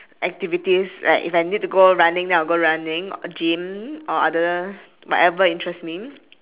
activities like if I need to go running then I'll go running or gym or other whatever interest me